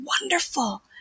wonderful